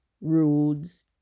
roads